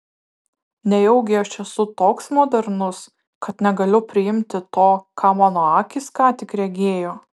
nejaugi aš esu toks modernus kad negaliu priimti to ką mano akys ką tik regėjo